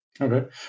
Okay